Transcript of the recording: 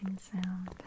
sound